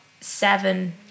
seven